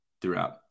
throughout